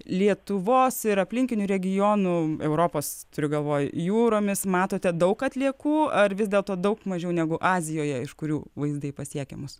lietuvos ir aplinkinių regionų europos turiu galvoj jūromis matote daug atliekų ar vis dėlto daug mažiau negu azijoje iš kurių vaizdai pasiekia mus